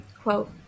Quote